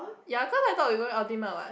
ya cause I thought we going ultimate what